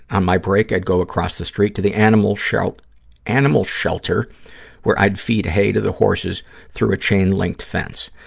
on my break, i'd go across the street to the animal shelter animal shelter where i'd feed hay to the horses through a chain-linked fence.